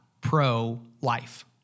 pro-life